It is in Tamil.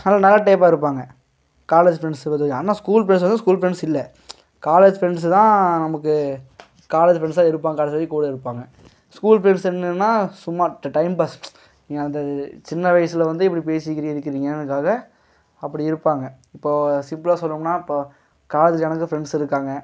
ஆனால் நல்ல டைப்பா இருப்பாங்க காலேஜ் ஃப்ரெண்ட்ஸுங்குறது ஆனால் ஸ்கூல் ஃப்ரெண்ட்ஸ் வந்து ஸ்கூல் ஃப்ரெண்ட்ஸ் இல்லை காலேஜ் ஃப்ரெண்ட்ஸு தான் நமக்கு காலேஜ் ஃப்ரெண்ட்ஸா இருப்பாங்க கடைசி வரைக்கும் கூட இருப்பாங்க ஸ்கூல் ஃப்ரெண்ட்ஸ் என்னென்னா சும்மா டைம் பாஸ் நீங்கள் அந்த சின்ன வயசுல வந்து இப்படி பேசுகிறீங்கறதுக்காக அப்படி இருப்பாங்க இப்போது சிம்ப்ளா சொல்லணும்ன்னா இப்போது காலேஜில் எனக்கும் ஃப்ரெண்ட்ஸ் இருக்காங்க